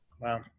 Wow